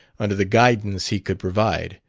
under the guidance he could provide,